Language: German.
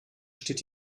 steht